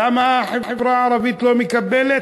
למה החברה הערבית לא מקבלת?